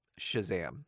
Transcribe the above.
Shazam